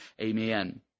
Amen